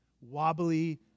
wobbly